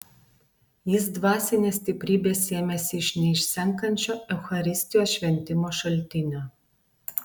jis dvasinės stiprybės sėmėsi iš neišsenkančio eucharistijos šventimo šaltinio